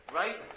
right